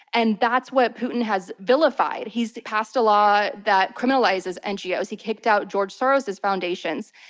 and that's what putin has vilified. he's passed a law that criminalizes ngos, he kicked out george soros's foundations.